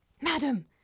Madam